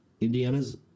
Indiana's